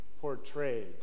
portrayed